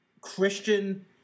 Christian